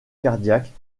cardiaques